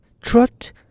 Trot